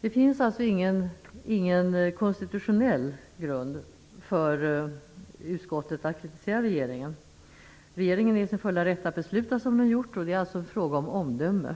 Det finns alltså ingen konstitutionell grund för utskottet att kritisera regeringen. Regeringen är i sin fulla rätt att besluta som den gjort, det är en fråga om omdöme.